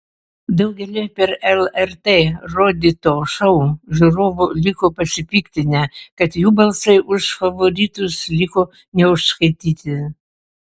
daugelį per lrt rodyto šou žiūrovų liko pasipiktinę kad jų balsai už favoritus liko neužskaityti